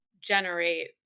generate